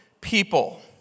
people